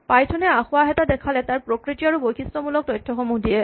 Python এ আসোঁৱাহ এটা দেখালে তাৰ প্ৰকৃতি আৰু বৈশিষ্টমূলক তথ্যসমূহ দিয়ে